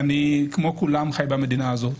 ואני כמו כולם חי במדינה הזאת.